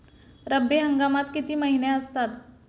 रब्बी हंगामात किती महिने असतात?